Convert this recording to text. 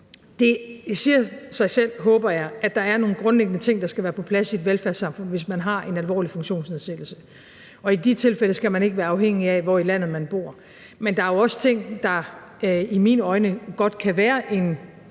Det siger sig selv, håber jeg, at der er nogle grundlæggende ting, der skal være på plads i et velfærdssamfund, hvis man har en alvorlig funktionsnedsættelse, og i de tilfælde skal man ikke være afhængig af, hvor i landet man bor. Men der er også ting, der i mine øjne godt kan være en